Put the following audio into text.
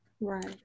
Right